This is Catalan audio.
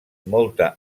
molta